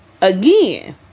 again